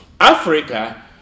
Africa